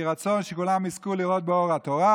יהי רצון שכולם יזכו לאור באור התורה